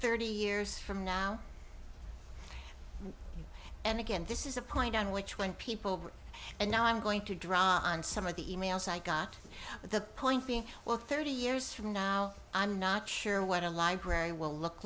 thirty years from now and again this is a point on which when people and now i'm going to draw on some of the e mails i got the point being well thirty years from now i'm not sure what a library will look